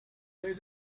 their